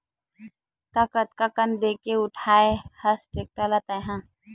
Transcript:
त कतका कन देके उठाय हस टेक्टर ल तैय हा?